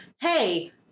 hey